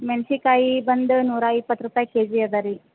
ಮೆಣ್ಸಿನ್ಕಾಯಿ ಬಂದು ನೂರಿಪ್ಪತ್ತು ರೂಪಾಯಿ ಕೆಜಿ ಅದೆ ರೀ